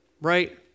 right